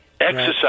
Exercise